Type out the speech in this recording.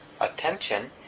attention